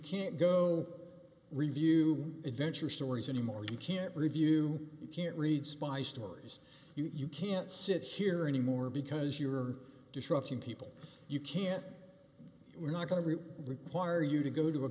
can't go review adventure stories anymore you can't review you can't read spy stories you can't sit here anymore because you're disrupting people you can't we're not going to require you to go to a